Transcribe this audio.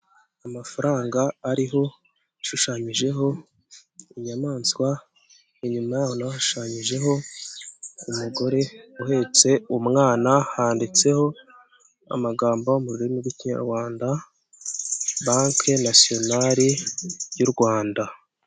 Amafaranga ariho ashushanyijeho inyamaswa, inyuma yaho naho hashushanyijeho umugore uhetse umwana, handitseho amagambo mu rurimi rw'Ikinyarwanda, banki nasoyonali y' u Rwanda.